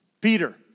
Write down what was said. Peter